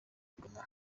goma